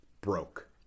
broke